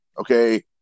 Okay